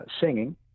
singing